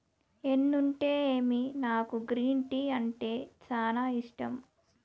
ఎన్నుంటేమి నాకు green tea అంటే సానా ఇష్టం